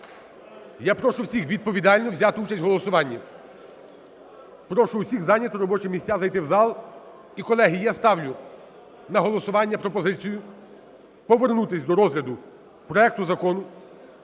Я прошу всіх відповідально взяти участь в голосуванні. Прошу всіх зайняти робочі місця, зайти в зал І, колеги, я ставлю на голосування пропозицію повернутись до розгляду проекту Закону